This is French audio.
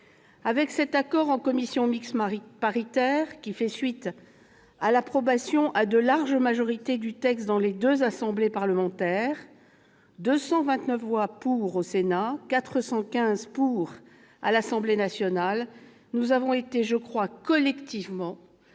Avec cet accord en commission mixte paritaire, qui fait suite à l'approbation à de larges majorités du texte dans les deux assemblées parlementaires- 229 voix pour au Sénat, 415 voix pour à l'Assemblée nationale -, nous avons, je crois, été collectivement